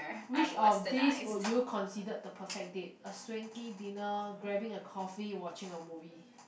which of this would you considered the perfect date a swanky dinner grabbing a coffee watching a movie